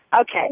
Okay